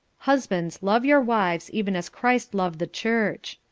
husbands, love your wives even as christ loved the church.